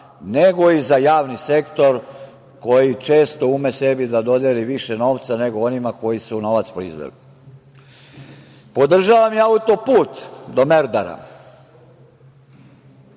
nego i za javni sektor koji često ume sebi da dodeli više novca nego onima koji su novac proizveli. Podržavam i autoput do Merdara.